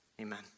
Amen